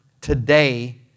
today